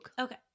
Okay